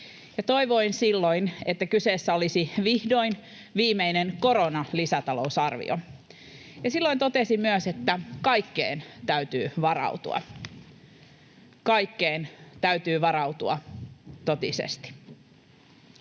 Toivoin silloin, että kyseessä olisi vihdoin viimeinen korona-lisätalousarvio. Silloin totesin myös, että kaikkeen täytyy varautua. Kaikkeen täytyy varautua — totisesti.